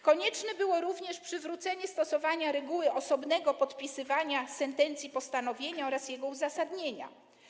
Konieczne było również przywrócenie stosowania reguły osobnego podpisywania sentencji postanowienia oraz jego uzasadnienia.